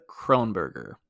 Kronberger